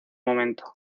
momento